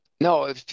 No